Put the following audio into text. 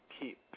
keep